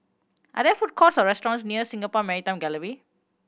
are there food courts or restaurants near Singapore Maritime Gallery